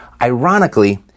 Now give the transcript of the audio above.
ironically